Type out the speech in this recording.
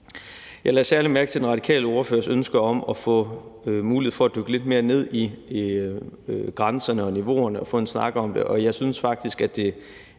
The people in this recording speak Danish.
Jeg lagde særlig mærke til den radikale ordførers ønske om at få mulighed for at dykke lidt mere ned i grænserne og niveauerne og få en snak om det,